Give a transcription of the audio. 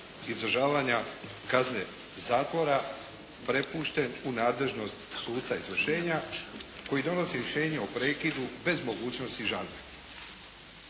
izdržavanja kazne zatvora prepušten u nadležnost suca izvršenja koji donosi rješenje o prekidu bez mogućnosti žalbe.